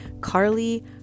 Carly